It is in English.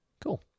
Cool